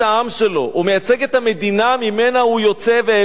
הוא מייצג את המדינה שממנה הוא יוצא ואליה הוא שב.